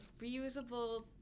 reusable